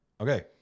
okay